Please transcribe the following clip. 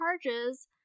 charges